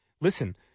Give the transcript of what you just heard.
listen